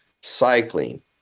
cycling